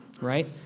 right